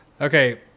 Okay